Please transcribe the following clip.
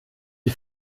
die